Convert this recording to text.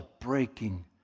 breaking